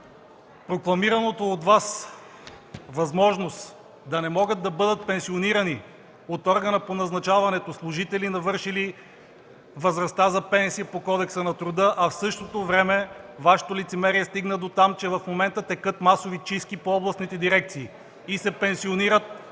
прокламираната от Вас възможност да не могат да бъдат пенсионирани от органа по назначаването служители, навършили възрастта за пенсия по Кодекса на труда, а в същото време Вашето лицемерие стигна дотам, че в момента текат масови чистки по областните дирекции и се пенсионират